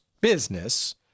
business